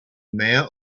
mayor